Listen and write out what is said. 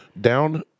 Down